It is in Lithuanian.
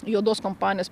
juodos kompanijos